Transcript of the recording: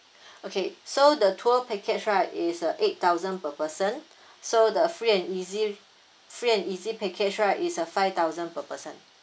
okay so the tour package right is uh eight thousand per person so the free and easy free and easy package right is a five thousand per person